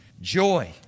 Joy